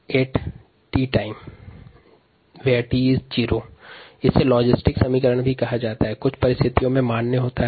xx0 at t0 यह समीकरण कुछ विशेष परिस्थितियों में मान्य होता है